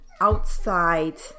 outside